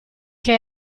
ché